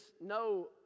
no